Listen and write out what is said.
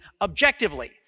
objectively